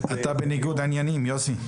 אתה בניגוד עניינים.